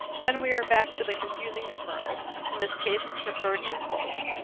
then we are back to the confusing deferrals in, this case it's deferred inflows.